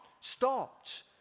stopped